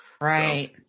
Right